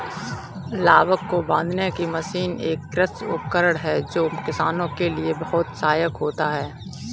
लावक को बांधने की मशीन एक कृषि उपकरण है जो किसानों के लिए बहुत सहायक होता है